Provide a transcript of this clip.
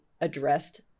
addressed